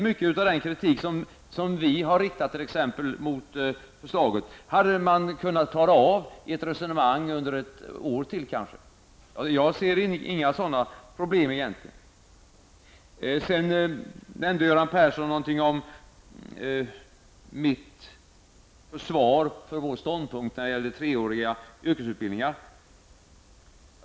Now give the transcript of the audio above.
Mycket av den kritik som t.ex. vi riktat mot förslaget hade man kunnat klara av i ett resonemang under kanske ytterligare ett år. Jag ser egentligen här inga problem. Göran Persson nämnde någonting om mitt försvar för vår ståndpunkt när det gäller treåriga yrkesutbildningar.